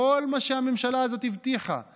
כל מה שהממשלה הזאת הבטיחה,